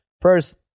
first